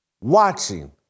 watching